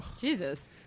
Jesus